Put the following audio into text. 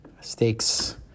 steaks